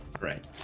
Right